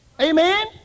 Amen